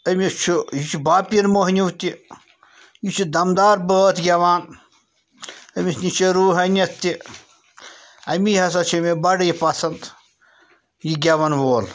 أمِس چھُ یہِ چھُ باپیٖر موٚہنیوٗ تہِ یہِ چھُ دَم دار بٲتھ گٮ۪وان أمِس نِش چھِ روٗحٲنِیَت تہِ اَمی ہسا چھِ مےٚ بَڑٕ یہِ پَسَنٛد یہِ گٮ۪وَن وول